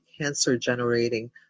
cancer-generating